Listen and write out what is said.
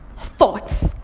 thoughts